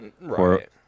right